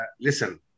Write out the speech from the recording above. listen